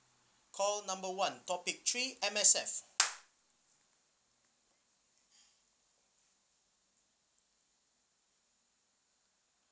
call number one topic three M_S_F